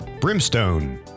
Brimstone